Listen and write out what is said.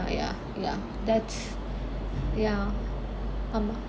oh oh ya ya ya that's ya